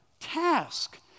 task